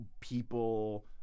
people